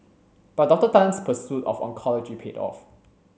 but Doctor Tan's pursuit of oncology paid off